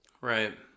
Right